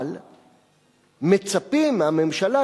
אבל מצפים מהממשלה,